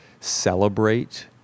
celebrate